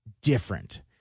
different